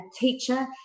teacher